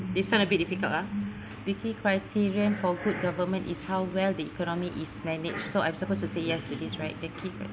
this [one] a bit difficult uh the key criterion for good government is how well the economy is managed so I'm supposed to say yes to this right that kit right